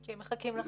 כי הם מחכים לכם.